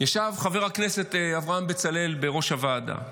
ישב חבר הכנסת אברהם בצלאל בראש הוועדה.